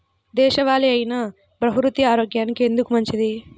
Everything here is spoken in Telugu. దేశవాలి అయినా బహ్రూతి ఆరోగ్యానికి ఎందుకు మంచిది?